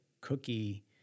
cookie